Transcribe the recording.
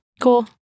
Cool